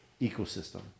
ecosystem